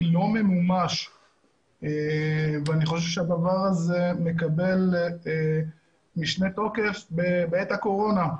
לא ממומש ואני חושב שהדבר הזה מקבל משנה תוקף בעת הקורונה.